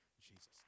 Jesus